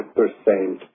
percent